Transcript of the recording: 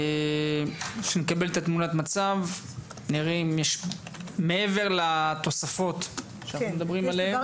כדי שנקבל את תמונת המצב נראה אם יש מעבר לתוספות שאנחנו מדברים עליהם.